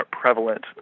prevalent